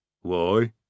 Why